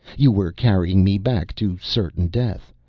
you were carrying me back to certain death.